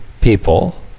people